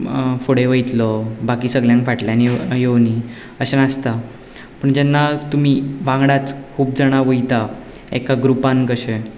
फुडें वयतलो बाकी सगल्यांक फाटल्यान येवनी अशें नासता पूण जेन्ना तुमी वांगडाच खूब जाणां वयता एका ग्रुपान कशे